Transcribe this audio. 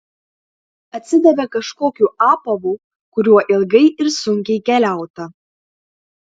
atsidavė kažkokiu apavu kuriuo ilgai ir sunkiai keliauta